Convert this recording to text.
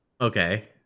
Okay